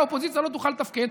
היה והאופוזיציה לא תוכל לתפקד,